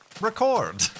record